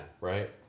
Right